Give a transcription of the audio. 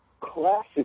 classic